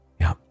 Yeah